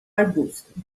arbusto